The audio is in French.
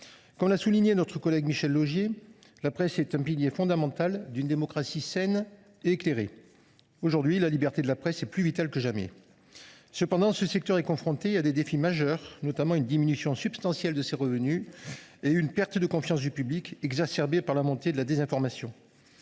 Comme l’a souligné notre collègue Michel Laugier, la presse est un pilier fondamental d’une démocratie saine et éclairée. Aujourd’hui, la liberté de la presse est plus vitale que jamais. Ce secteur est toutefois confronté à des défis majeurs, notamment une diminution substantielle de ses revenus et une perte de confiance du public exacerbée par la montée de la désinformation.